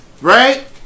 Right